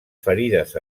ferides